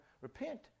repent